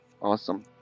awesome